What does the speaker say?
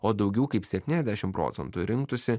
o daugiau kaip septyniasdešim procentų rinktųsi